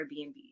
Airbnb